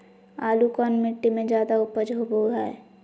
आलू कौन मिट्टी में जादा ऊपज होबो हाय?